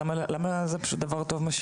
זה פשוט דבר טוב.